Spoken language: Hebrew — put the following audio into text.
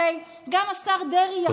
הרי גם השר דרעי יכול,